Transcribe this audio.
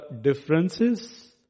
differences